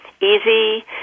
easy